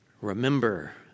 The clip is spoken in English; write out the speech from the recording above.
Remember